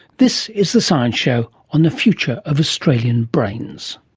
this is the science show on the future of australian brains.